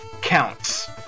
counts